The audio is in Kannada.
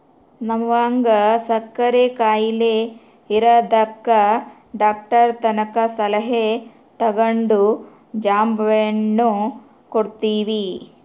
ನಮ್ವಗ ಸಕ್ಕರೆ ಖಾಯಿಲೆ ಇರದಕ ಡಾಕ್ಟರತಕ ಸಲಹೆ ತಗಂಡು ಜಾಂಬೆಣ್ಣು ಕೊಡ್ತವಿ